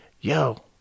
yo